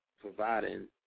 providing